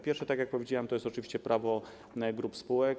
Pierwszy, tak jak powiedziałem, to oczywiście prawo grup spółek.